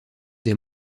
des